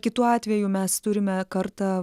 kitu atveju mes turime kartą